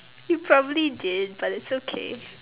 you probably did but it's okay